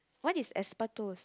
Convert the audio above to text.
what is asbestos